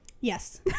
Yes